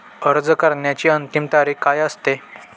अर्ज करण्याची अंतिम तारीख काय असते?